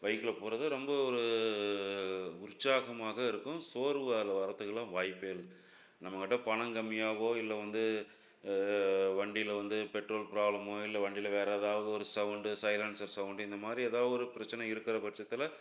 பைக்கில் போகிறது ரொம்ப ஒரு உற்சாகமாக இருக்கும் சோர்வு அதில் வர்றத்துக்குலாம் வாய்ப்பே இல்லை நம்மக்கிட்ட பணம் கம்மியாகவோ இல்லை வந்து வண்டியில் வந்து பெட்ரோல் ப்ராப்ளமோ இல்லை வண்டியில் வேற ஏதாவது ஒரு சவுண்டு சைலன்ஸர் சவுண்டு இந்த மாதிரி ஏதாவது ஒரு பிரச்சனை இருக்கிற பட்சத்தில்